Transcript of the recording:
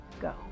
go